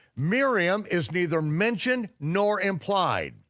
miriam is neither mentioned nor implied.